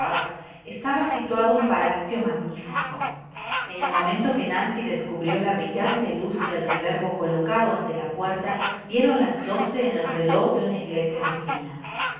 estaba situado un palacio magnifico en el momento que nancy descubrió la brillante luz del reverbero colooado ante la puerta dieron las doce en el reló de una iglesia vecina